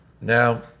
Now